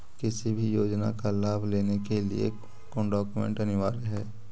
किसी भी योजना का लाभ लेने के लिए कोन कोन डॉक्यूमेंट अनिवार्य है?